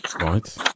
Right